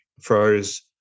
froze